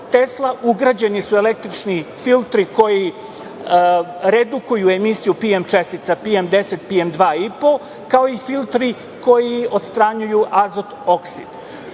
Tesla" ugrađeni su električni filteri koji redukuju emisiju PM čestica, PM 10, PM 2,5, kao i filteri koji odstranjuju azot oksid.U